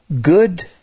good